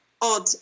odd